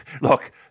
Look